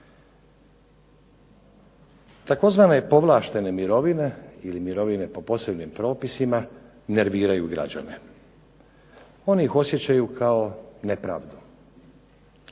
Tzv. povlaštene mirovine ili mirovine po posebnim propisima nerviraju građane, oni ih osjećaju kao nepravdu